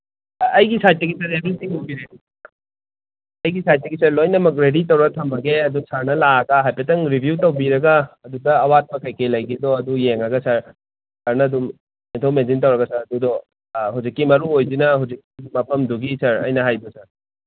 ꯑꯩꯒꯤ ꯁꯥꯏꯠꯇꯒꯤ sir everything ꯎꯕꯤꯔꯦ ꯑꯩꯒꯤ ꯁꯥꯏꯠꯇꯒꯤꯁꯨ ꯑꯩ ꯂꯣꯏꯅꯃꯛ ꯔꯦꯗꯤ ꯇꯧꯔ ꯊꯝꯃꯒꯦ ꯑꯗꯨ ꯁꯥꯔꯅ ꯂꯥꯛꯑꯒ ꯍꯥꯏꯐꯦꯠꯇꯪ ꯔꯤꯚꯤꯌꯨ ꯇꯧꯕꯤꯔꯒ ꯑꯗꯨꯗ ꯑꯋꯥꯠꯄ ꯀꯩꯀꯩ ꯂꯩꯒꯦꯗꯣ ꯑꯗꯨ ꯌꯦꯡꯉꯒ ꯁꯥꯔ ꯁꯥꯔꯅ ꯑꯗꯨꯝ ꯃꯦꯟꯊꯣꯛ ꯃꯦꯟꯁꯤꯟ ꯇꯧꯔꯒ ꯁꯥꯔ ꯑꯗꯨꯗꯣ ꯍꯧꯖꯤꯛꯀꯤ ꯃꯔꯨꯑꯣꯏꯔꯤꯅ ꯍꯧꯖꯤꯛꯀꯤ ꯃꯐꯝꯗꯨꯒꯤ ꯁꯥꯔ ꯑꯩꯅ ꯍꯥꯏꯕꯗꯣ ꯁꯥꯔ